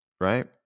right